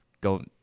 go